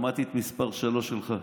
שמעתי את מספר שלוש שלך,